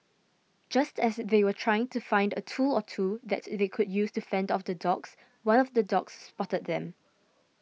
just as they were trying to find a tool or two that they could use to fend off the dogs one of the dogs spotted them